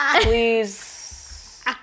Please